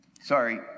Sorry